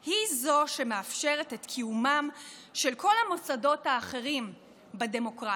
היא שמאפשרת את קיומם של כל המוסדות האחרים בדמוקרטיה.